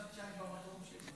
חשבתי שאני במקום שלי.